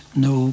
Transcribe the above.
no